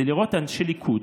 זה לראות אנשי ליכוד